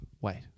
wait